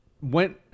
went